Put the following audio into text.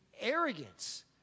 arrogance